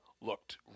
looked